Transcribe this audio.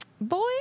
Boy